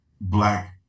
Black